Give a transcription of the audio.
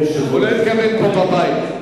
הוא לא התכוון פה בבית.